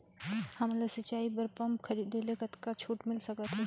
हमन ला सिंचाई बर पंप खरीदे से कतका छूट मिल सकत हे?